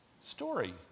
story